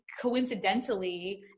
coincidentally